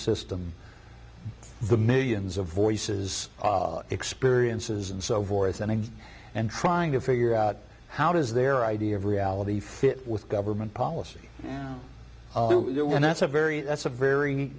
system the millions of voices experiences and so forth and and trying to figure out how does their idea of reality fit with government policy and that's a very that's a very